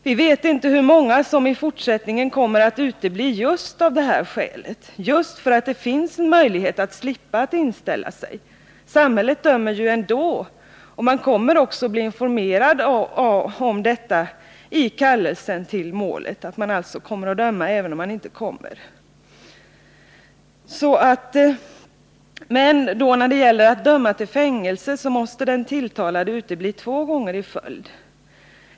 Vi vet inte hur många som i fortsättningen kommer att utebli just därför att det kommer att finnas en möjlighet att slippa att inställa sig och därför att samhället ändå kommer att utmäta domen. Man kommer också i kallelsen till målet att bli informerad om att domstolen kommer att avdöma målet, även om man inte inställer sig till rättegången. När det i stället är fråga om att bli dömd till fängelse måste den tilltalade utebli två gånger i följd.